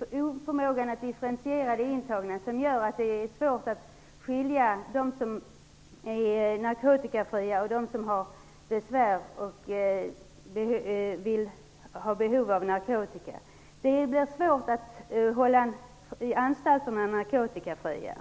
och oförmågan att differentiera de intagna gör att det är svårt att skilja de narkotikafria från dem som har behov av narkotika. Det är svårt att hålla anstalterna narkotikafria.